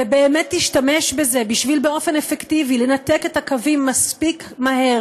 ובאמת תשתמש בזה בשביל לנתק את הקווים באופן אפקטיבי מספיק מהר